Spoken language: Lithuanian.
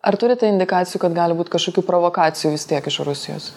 ar turite indikacijų kad gali būt kažkokių provokacijų vis tiek iš rusijos